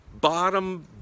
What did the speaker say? bottom